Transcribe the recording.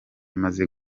imaze